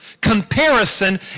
Comparison